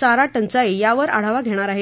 चारा टंचाई यावर आढावा घेणार आहे